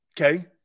Okay